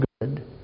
good